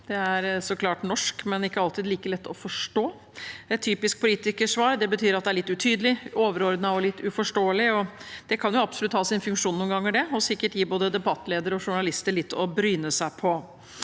Det er så klart norsk, men ikke alltid like lett å forstå. «Et typisk politikersvar» betyr at det er litt utydelig, overordnet og litt uforståelig – og det kan jo absolutt ha sin funksjon noen ganger og sikkert gi både debattledere og journalister litt å bryne seg på,